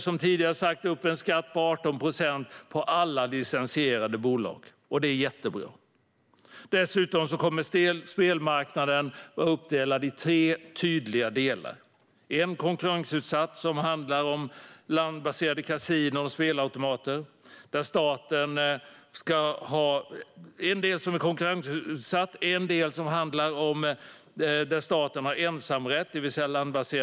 Som tidigare sagt sätter vi upp en skatt på 18 procent på alla licensierade bolag. Det är jättebra. Dessutom kommer spelmarknaden att vara uppdelad i tre tydliga delar. En del är konkurrensutsatt. En annan del handlar om landbaserade kasinon och spelautomater, där staten har ensamrätt.